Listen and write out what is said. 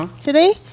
today